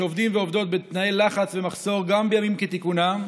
שעובדים ועובדות בתנאי לחץ ומחסור גם בימים כתיקונם,